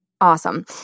Awesome